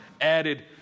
added